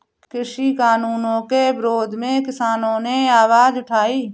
कृषि कानूनों के विरोध में किसानों ने आवाज उठाई